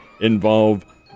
involve